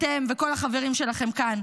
אתם וכל החברים שלכם כאן,